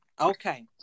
Okay